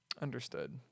Understood